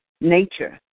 Nature